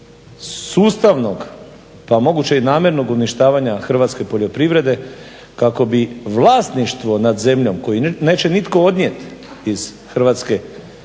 sustavnog pa moguće i namjernog uništavanja hrvatske poljoprivrede kako bi vlasništvo nad zemljom koju neće nitko odnijeti iz Hrvatske došlo u ruke